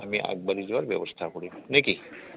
আমি আগবাঢ়ি যোৱাৰ ব্যৱস্থা কৰিম নেকি